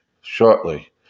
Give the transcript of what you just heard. shortly